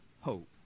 hope